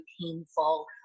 painful